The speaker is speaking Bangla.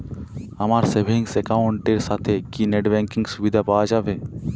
আমার সেভিংস একাউন্ট এর সাথে কি নেটব্যাঙ্কিং এর সুবিধা পাওয়া যাবে?